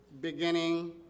beginning